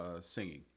singing